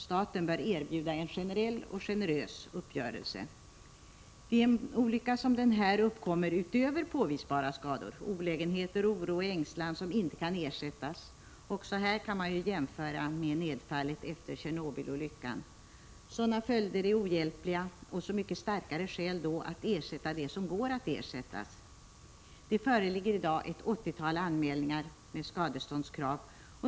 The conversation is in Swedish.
Staten bör erbjuda en generell och generös uppgörelse. Vid en olycka som denna uppkommer — utöver påvisbara skador — olägenheter, oro och ängslan som inte kan ersättas. Också här kan man göra en jämförelse med nedfallet efter Tjernobylolyckan. Sådana följder är ohjälpliga— så mycket starkare skäl då att ersätta det som går att ersättas. Det föreligger i dag ett 80-tal anmälningar med skadeståndskrav.